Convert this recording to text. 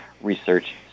Research